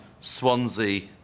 Swansea